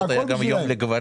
בברית המועצות היה יום לגברים,